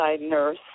nurse